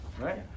right